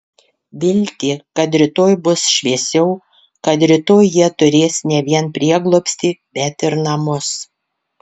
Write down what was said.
viltį kad rytoj bus šviesiau kad rytoj jie turės ne vien prieglobstį bet ir namus